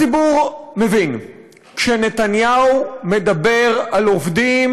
הציבור מבין שכשנתניהו מדבר על עובדים,